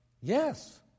Yes